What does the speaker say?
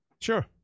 sure